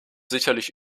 sicherlich